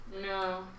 No